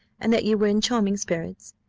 and that you were in charming spirits.